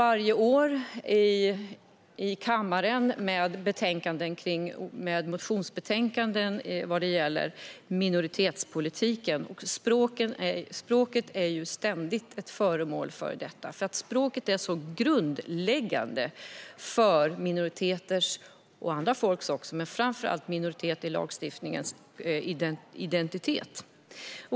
Varje år har vi motionsbetänkanden om minoritetspolitiken, och språket är ständigt ett föremål för detta. Språket är ju grundläggande för våra nationella minoriteters identitet.